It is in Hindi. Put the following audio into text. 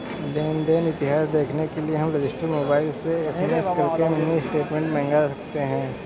लेन देन इतिहास देखने के लिए हम रजिस्टर मोबाइल से एस.एम.एस करके मिनी स्टेटमेंट मंगा सकते है